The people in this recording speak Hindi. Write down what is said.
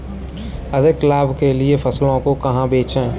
अधिक लाभ के लिए फसलों को कहाँ बेचें?